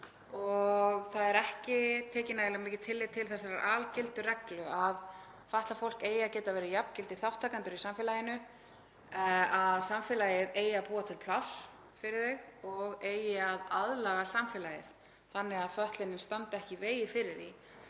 þeim og ekki tekið nægilega mikið tillit til þessarar algildu reglu að fatlað fólk eigi að geta verið jafngildir þátttakendur í samfélaginu, að samfélagið eigi að búa til pláss fyrir þau og eigi að aðlaga samfélagið þannig að fötlunin standi ekki í vegi fyrir því,